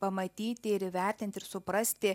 pamatyti ir įvertinti ir suprasti